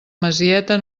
masieta